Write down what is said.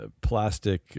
plastic